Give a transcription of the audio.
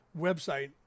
website